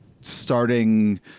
starting